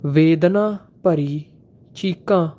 ਵੇਦਨਾ ਭਰੀ ਚੀਕਾਂ